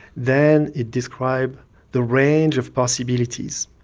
then it describes the range of possibilities.